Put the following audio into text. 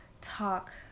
talk